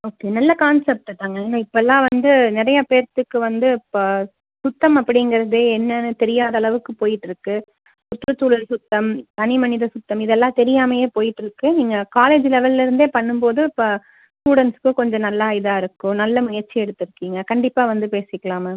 okay நல்ல concept தாங்க ஆனால் இப்போல்லாம் வந்து நிறைய பேர்த்துக்கு வந்து இப்போ சுத்தம் அப்படிங்கறதே என்னன்னு தெரியாத அளவுக்கு போயிவிட்டு இருக்கு சுற்றுச்சூழல் சுத்தம் தனி மனித சுத்தம் இதெல்லாம் தெரியாமையே போயிகிட்டு இருக்கு நீங்கள் காலேஜ் லெவல்லருந்தே பண்ணும்போது இப்போ ஸ்டூடெண்ட்ஸ்க்கு கொஞ்சம் நல்ல இதாக இருக்கும் நல்ல முயற்சி எடுத்துருக்கிங்க கண்டிப்பாக வந்து பேசிக்கலாம் மேம்